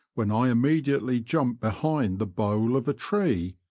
when i hrimediately jumped behind the bole of a tree,